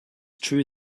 true